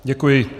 Děkuji.